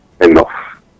enough